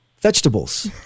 vegetables